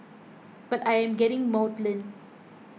but I am getting maudlin